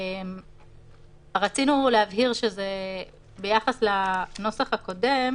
רצינו להבהיר שזה ביחס לנוסח הקודם